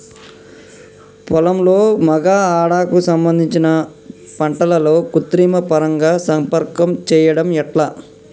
పొలంలో మగ ఆడ కు సంబంధించిన పంటలలో కృత్రిమ పరంగా సంపర్కం చెయ్యడం ఎట్ల?